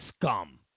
scum